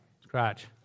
scratch